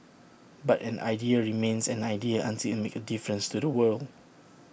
but an idea remains an idea until IT makes A difference to the world